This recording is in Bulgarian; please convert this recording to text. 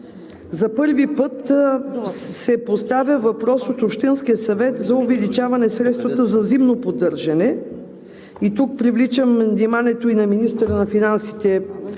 за първи път се поставя въпрос от общинския съвет за увеличаване на средствата за зимно поддържане. Тук привличам вниманието и на министъра на финансите,